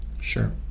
sure